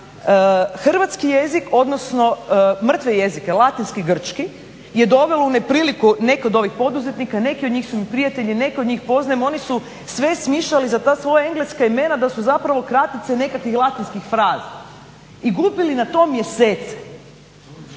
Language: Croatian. hrvatski jezik, odnosno mrtve jezike latinski i grčki je dovelo u nepriliku neke od ovih poduzetnika. Neki od njih su mi prijatelji, neke od njih poznajem. Oni su sve smišljali za ta svoja engleska imena da su zapravo kratice nekakvih latinskih fraza i gubili na to mjesece.